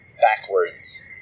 backwards